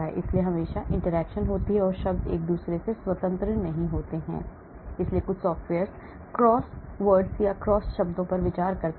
इसलिए हमेशा interaction होती है और शब्द एक दूसरे से स्वतंत्र नहीं होते हैं इसलिए कुछ सॉफ़्टवेयर क्रॉस शब्दों पर विचार करते हैं